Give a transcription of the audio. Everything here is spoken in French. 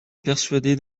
persuader